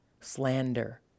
slander